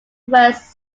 west